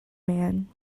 man